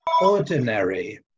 ordinary